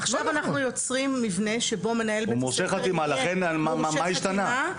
עכשיו אנחנו יוצרים מבנה שבו מנהל בית הספר יהיה מורשה חתימה.